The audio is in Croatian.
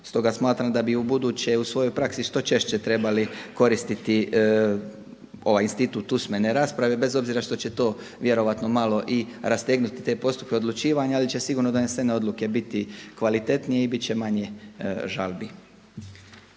Stoga smatram da bi ubuduće u svojoj praksi što češće trebali koristiti ovaj institut usmene rasprave bez obzira što će to vjerojatno malo i rastegnuti te postupke odlučivanja, ali će sigurno donesene odluke biti kvalitetnije i bit će manje žalbi.